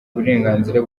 uburenganzira